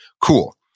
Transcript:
Cool